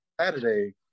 Saturday